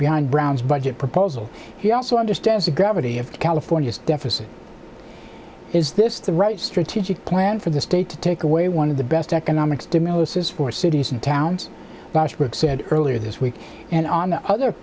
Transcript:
behind brown's budget proposal he also understands the gravity of california's deficit is this the right strategic plan for the state to take away one of the best economic stimulus is for cities and towns said earlier this week and on the other